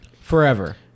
forever